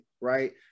Right